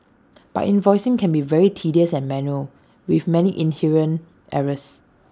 but invoicing can be very tedious and manual with many inherent errors